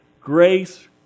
grace